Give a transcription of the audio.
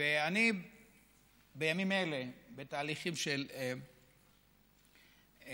ואני אעשה מה